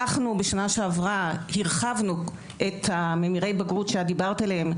בשנה שעברה הרחבנו את ממירי הבגרות שאת דיברת עליהם,